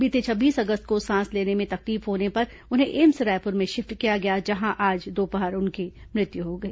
बीते छब्बीस अगस्त को सांस लेने में तकलीफ होने पर उन्हें एम्स रायपुर में शिफ्ट किया गया जहां आज दोपहर उनकी मृत्यु हो गई